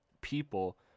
people